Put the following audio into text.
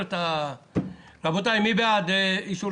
רבותי, מי בעד הצו,